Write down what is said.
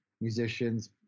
musicians